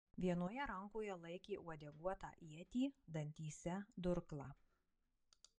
vienoje rankoje laikė uodeguotą ietį dantyse durklą